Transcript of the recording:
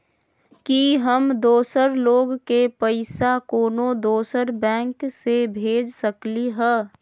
कि हम दोसर लोग के पइसा कोनो दोसर बैंक से भेज सकली ह?